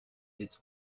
its